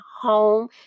home